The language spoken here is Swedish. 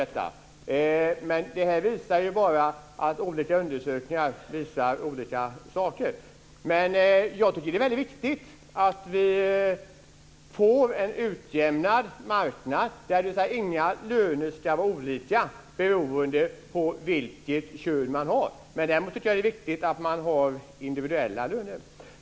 Detta visar bara att olika undersökningar visar olika saker. Jag tycker att det är viktigt att vi får en utjämnad marknad, dvs. inga löner ska vara olika beroende på vilket kön man har. Däremot är det viktigt att ha individuella löner.